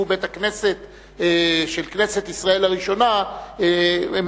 שהוא בית הכנסת של כנסת ישראל הראשונה מאז